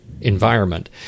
environment